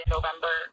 November